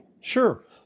Sure